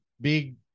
Big